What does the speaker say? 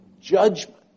judgment